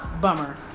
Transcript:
bummer